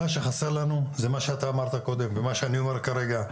מה שחסר לנו זה מה שאתה אמרת קודם ומה שאני אומר כרגע.